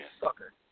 sucker